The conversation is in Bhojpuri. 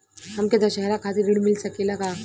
हमके दशहारा खातिर ऋण मिल सकेला का?